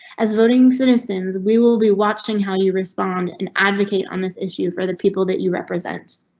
as voting citizens, we will be watching how you respond and advocate on this issue for the people that you represent.